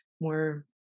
more